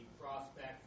prospect